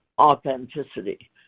authenticity